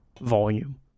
volume